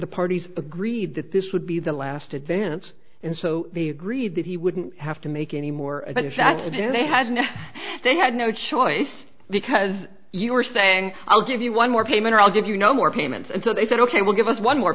the parties agreed that this would be the last advance and so the agreed that he wouldn't have to make any more than a saturday and they had no they had no choice because you are saying i'll give you one more payment or i'll give you no more payments and so they said ok we'll give us one more